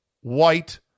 white